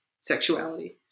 sexuality